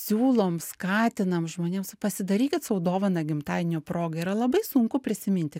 siūlom skatinam žmonėms pasidarykit sau dovaną gimtadienio proga yra labai sunku prisiminti